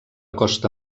costa